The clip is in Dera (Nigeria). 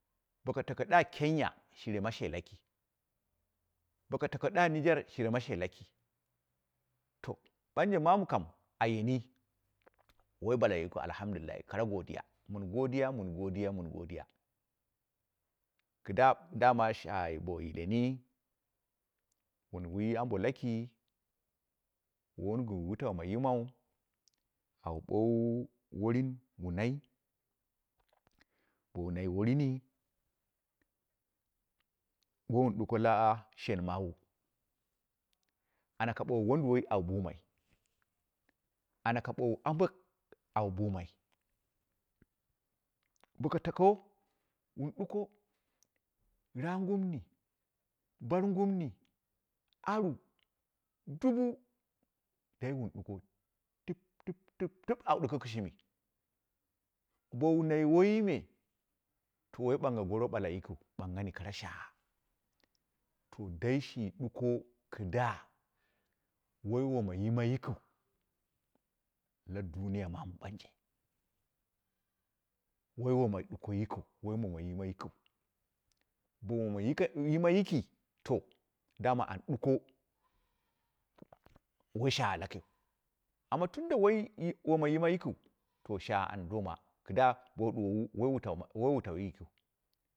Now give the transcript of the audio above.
Boko tako da kinya shire ma she laki boko tako ɗa niger shire ma she laki to ɓanje maamu kani yireni woi ɓala yikiu alhamdulillahi kara godiya, mɨn godiya, mɨn godiya, mɨn godiya. Kɨdda daman shaaghai bo yileni wun wi ambo laki, wowun gɨn wutau ma yimmau au ɓoowu worin wu nai, bowu nai worini, wowun ɗuko la shenmaawuu ana ka ɓoowu wonduwoi au bummai, ana ka ɓoowu ambak awu bummai, boko tako wun ɗuko nangumni, barungumni, aru, dubu, dai wun ɗukoi, dip, dip, dip, awu ɗuko kɨshimi, bowu nai woiyi me to woi ɓangngha goi ɓala yikiu ɓangnghani kara shaagha, to dai shi ɗuko kɨdda woi woma yimou yikiu la duniya maamu ɓanje, woi woma duko yikiu woi woma yima yikiu bo woma yima yiki to dama an ɗuko woi shaagha lakiu amma tunda woi woma yima yikiu to shaagha an doma kidda bowo ɓoowu woi wutau yikiu.